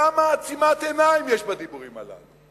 כמה עצימת עיניים יש בדיבורים הללו.